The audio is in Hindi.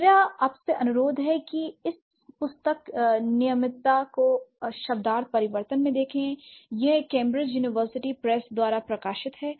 मेरा आपसे अनुरोध है कि इस पुस्तक नियमितता को शब्दार्थ परिवर्तन में देखें यह कैम्ब्रिज यूनिवर्सिटी प्रेस द्वारा प्रकाशित है